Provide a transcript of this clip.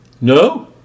No